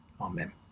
Amen